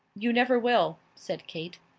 you never will, said kate.